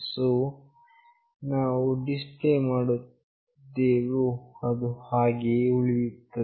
so ಏನನ್ನು display ಮಾಡಿದ್ದೇವೆಯೋ ಅದು ಹಾಗೆಯೇ ಉಳಿಯುತ್ತದೆ